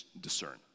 discern